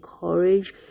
courage